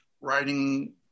writing